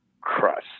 crust